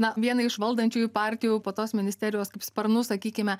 ne vienai iš valdančiųjų partijų po tos ministerijos sparnu sakykime